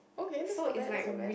okay that's not bad that's not bad